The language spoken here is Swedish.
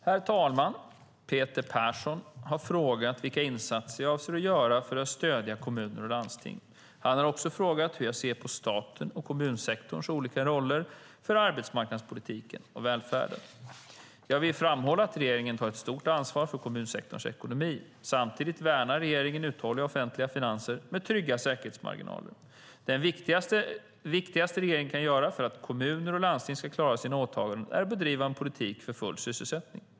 Herr talman! Peter Persson har frågat vilka insatser jag avser att göra för att stödja kommuner och landsting. Han har också frågat hur jag ser på statens och kommunsektorns olika roller för arbetsmarknadspolitiken och välfärden. Jag vill framhålla att regeringen tar ett stort ansvar för kommunsektorns ekonomi. Samtidigt värnar regeringen uthålliga offentliga finanser med trygga säkerhetsmarginaler. Det viktigaste regeringen kan göra för att kommuner och landsting ska klara sina åtaganden är att bedriva en politik för full sysselsättning.